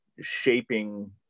shaping